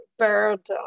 bird